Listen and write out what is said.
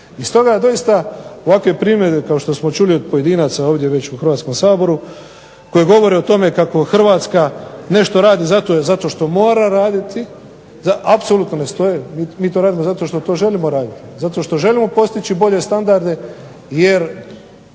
I stoga doista ovakve primjedbe kao što smo čuli od pojedinaca ovdje u Hrvatskom saboru koji govore o tome kako Hrvatska nešto radi zato jer to mora raditi, apsolutno ne stoje. Mi to radimo zato što to želimo raditi, zato što želimo postići bolje standarde, jer